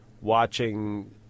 watching